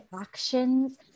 actions